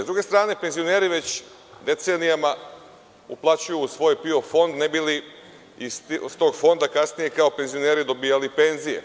S druge strane, penzioneri već decenijama uplaćuju u svoj PIO fond ne bi li iz tog fonda kasnije kao penzioneri dobijali penzije.